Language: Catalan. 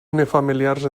unifamiliars